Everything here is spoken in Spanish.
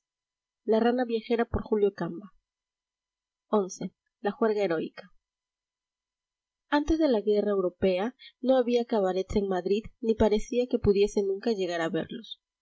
atropellador xi la juerga heroica antes de la guerra europea no había cabarets en madrid ni parecía que pudiese nunca llegar a haberlos